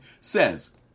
says